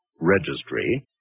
Registry